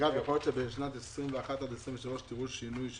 אגב, יכול להיות שבשנים 21 23 תראו שינוי,